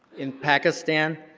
in pakistan,